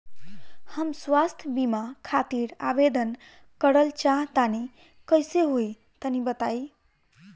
हम स्वास्थ बीमा खातिर आवेदन करल चाह तानि कइसे होई तनि बताईं?